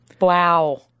wow